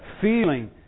feeling